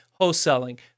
wholesaling